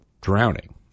drowning